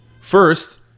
First